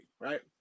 right